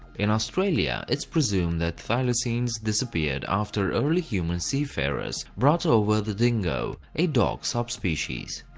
in australia it's presumed that thylacines disappeared after early human seafarers brought over the dingo, a dog subspecies.